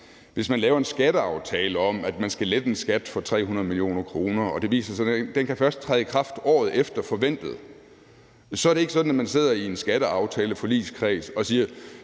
hvis man laver en skatteaftale om, at man skal lette en skat for 300 mio. kr., og det viser sig, at den først kan træde i kraft året efter forventet; så sidder man ikke i en skatteaftaleforligskreds og siger: